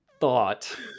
thought